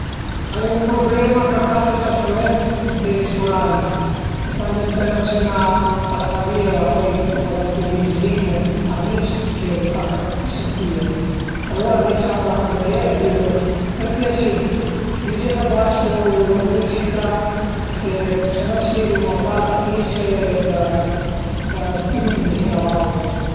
A dipend da che pianta t'piante. A ie d'piante ch'al an da manca d'avei pi dë lüce, alura ëntà büteie vizin a le porte e le finestre, a ie cule ënvece ch'al an da manca dë menu lüce, ëntà teneie ën le zone pi ën umbra, a ie cule ch'al an da manca dë pi d'acua o menu acqua, pöi 'na coza ëmpurtanta ogni tant ëntà feie la doccia për gaveie via tüta la puer ch'al e puzase ën sima